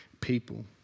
people